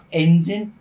engine